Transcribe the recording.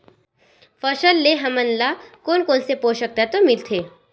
फसल से हमन ला कोन कोन से पोषक तत्व मिलथे?